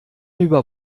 über